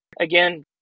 again